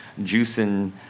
juicing